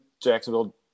Jacksonville